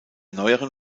neueren